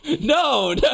no